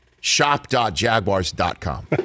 shop.jaguars.com